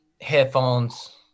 headphones